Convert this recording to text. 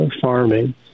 farming